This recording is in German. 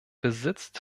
besitzt